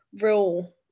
real